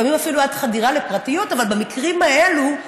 לפעמים אפילו עד חדירה לפרטיות, אבל במקרים האלה,